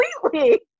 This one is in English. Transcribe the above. Completely